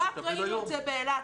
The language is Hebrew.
ראינו את זה באילת.